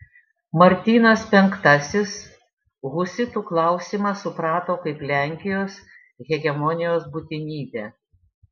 martynas penktasis husitų klausimą suprato kaip lenkijos hegemonijos būtinybę